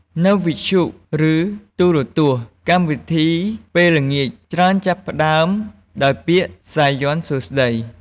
នៅវិទ្យុ ឬទូរទស្សន៍ កម្មវិធីពេលល្ងាចច្រើនចាប់ផ្តើមដោយពាក្យ "សាយ័ន្តសួស្តី"។